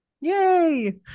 Yay